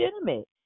legitimate